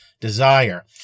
desire